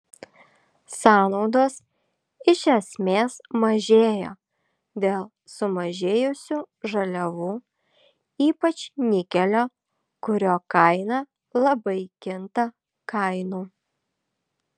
sąnaudos iš esmės mažėjo dėl sumažėjusių žaliavų ypač nikelio kurio kaina labai kinta kainų